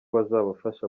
bazabafasha